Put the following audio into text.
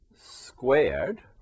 squared